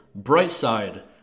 Brightside